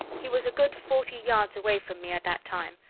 he was a good forty yards away from me at that time,